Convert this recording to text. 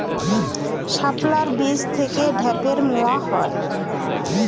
শাপলার বীজ থেকে ঢ্যাপের মোয়া হয়?